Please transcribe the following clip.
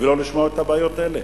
ולא לשמוע את הבעיות האלה?